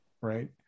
right